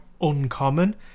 uncommon